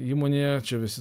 įmonė visi